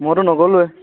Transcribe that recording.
মইটো নগ'লোৱেই